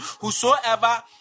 whosoever